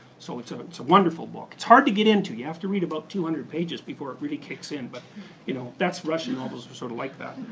so it's ah it's a wonderful book. it's hard to get into, you have to read about two hundred pages before it really kicks in, but you know russian novels are sort of like that.